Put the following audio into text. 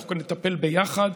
ואנחנו נטפל ביחד,